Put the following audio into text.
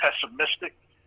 pessimistic